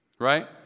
Right